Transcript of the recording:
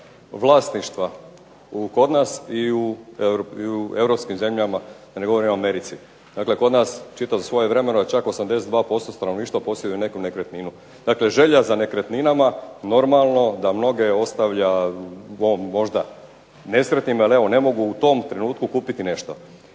vlasništva kod nas i u europskim zemljama, da ne govorim u Americi. Dakle, čitao sam svojevremeno čak 82% stanovništva posjeduje neku nekretninu. Dakle, želja za nekretninama normalno da mnoge ostavlja možda nesretnima jer evo ne mogu u tom trenutku kupiti nešto.